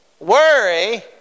Worry